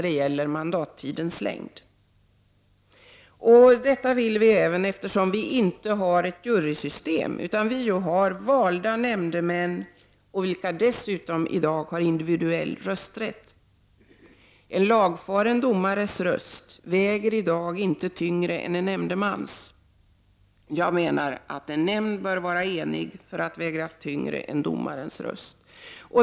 Detta vill vi ha även med den motiveringen att vi inte har jurysystem utan valda nämndemän vilka dessutom i dag har individuell rösträtt. En lagfaren domares röst väger i dag inte tyngre än en nämndemans. Jag menar att en nämnd bör vara enig för att betyda mer än domarens röst.